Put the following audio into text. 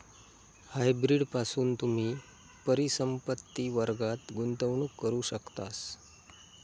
hybrid पासून तुम्ही परिसंपत्ति वर्गात गुंतवणूक करू शकतास